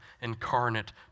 incarnate